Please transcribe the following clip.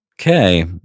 Okay